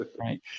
Right